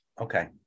Okay